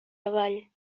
avall